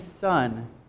son